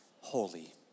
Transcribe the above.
holy